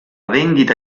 vendita